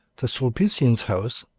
the sulpicians' house,